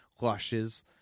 Lushes